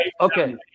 Okay